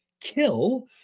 kill